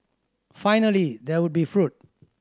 finally there would be fruit